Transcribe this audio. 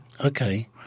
Okay